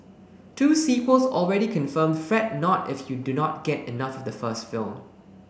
two sequels already confirmed Fret not if you do not get enough the first film